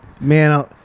Man